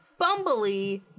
bumbly